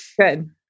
Good